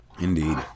Indeed